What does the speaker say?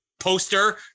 Poster